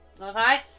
Okay